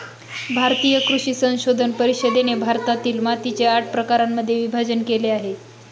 भारतीय कृषी संशोधन परिषदेने भारतातील मातीचे आठ प्रकारांमध्ये विभाजण केले आहे